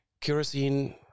kerosene